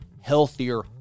healthier